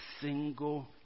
single